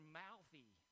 mouthy